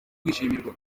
kwishimirwa